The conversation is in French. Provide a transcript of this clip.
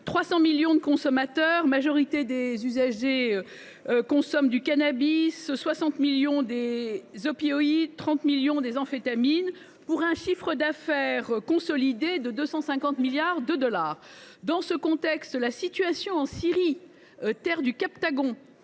300 millions de consommateurs, la majorité des usagers consomment du cannabis, 60 millions des opioïdes, 30 millions des amphétamines, etc. pour un chiffre d’affaires consolidé de 250 milliards de dollars. Dans ce contexte, la situation en Syrie, terre du Captagon,